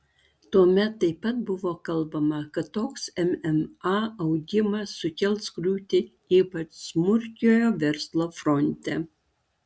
tuomet taip pat buvo kalbama kad toks mma augimas sukels griūtį ypač smulkiojo verslo fronte